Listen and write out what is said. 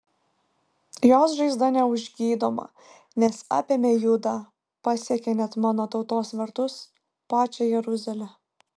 jos žaizda neužgydoma nes apėmė judą pasiekė net mano tautos vartus pačią jeruzalę